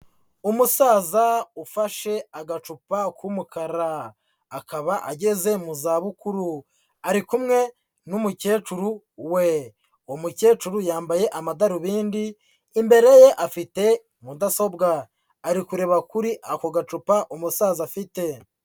Umusaza ufashe agacupa k'umukara, akaba ageze mu zabukuru, ari kumwe n'umukecuru we, umukecuru yambaye amadarubindi, imbere ye afite mudasobwa ari kureba kuri ako gacupa umusaza afite.